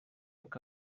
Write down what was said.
que